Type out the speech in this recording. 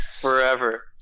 forever